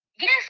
yes